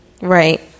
Right